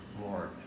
more